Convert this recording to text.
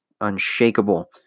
unshakable